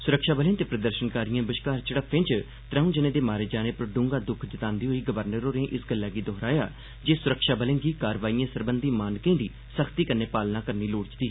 सुरक्षाबलें ते प्रदर्शनकारिएं बश्कार झड़फ्फें च त्रै जनें दे मारे जाने पर दूंहगा दुक्ख जतांदे होई गवर्नर होरें इस गल्लै गी दोहराया जे सुरक्षाबलें गी कार्रवाईएं सरबंधी मानकें दी सख्ती कन्नै पालना करनी लोड़चदी